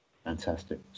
Fantastic